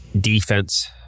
defense